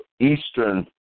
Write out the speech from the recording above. eastern